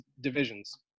divisions